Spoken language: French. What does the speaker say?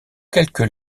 quelques